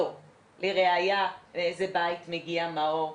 לראייה מאיזה בית מגיע מאור.